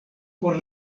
por